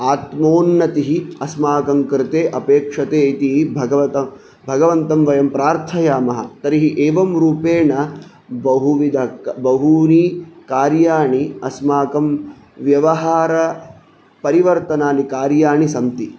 आत्मोन्नतिः अस्माकं कृते अपेक्षते इति भगवता भगवन्तं वयं प्रार्थयामः तर्हि एवं रूपेण बहुविद बहूनि कार्याणि अस्माकं व्यवहारपरिवर्तनानि कार्याणि सन्ति